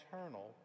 eternal